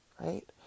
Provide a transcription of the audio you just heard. right